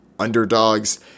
underdogs